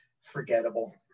forgettable